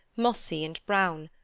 mossy and brown,